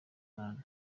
mwana